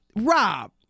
Rob